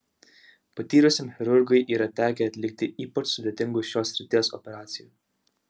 patyrusiam chirurgui yra tekę atlikti ypač sudėtingų šios srities operacijų